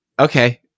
Okay